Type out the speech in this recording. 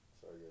Sorry